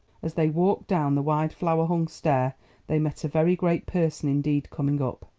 as they walked down the wide flower-hung stair they met a very great person indeed, coming up.